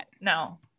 no